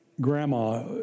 Grandma